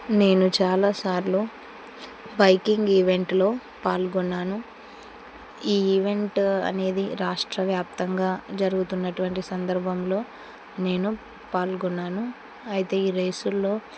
నేను చాలాసార్లు బైకింగ్ ఈవెంట్లో పాల్గొన్నాను ఈ ఈవెంట్ అనేది రాష్ట్రవ్యాప్తంగా జరుగుతున్నటువంటి సందర్భంలో నేను పాల్గొన్నాను అయితే ఈ రేసుల్లో